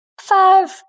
Five